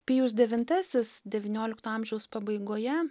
pijus devintasis devyniolikto amžiaus pabaigoje